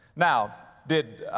now, did,